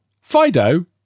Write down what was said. Fido